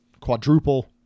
quadruple